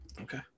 Okay